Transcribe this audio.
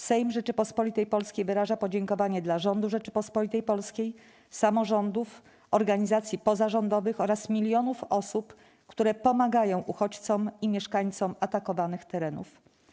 Sejm Rzeczypospolitej Polskiej wyraża podziękowanie dla rządu Rzeczypospolitej Polskiej, samorządów, organizacji pozarządowych oraz milionów osób, które pomagają uchodźcom i mieszkańcom atakowanych terenów.